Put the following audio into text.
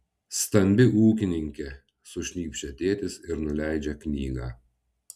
stambi ūkininkė sušnypščia tėtis ir nuleidžia knygą